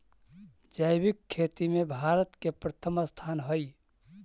जैविक खेती में भारत के प्रथम स्थान हई